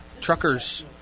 Trucker's